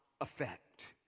effect